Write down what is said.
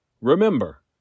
Remember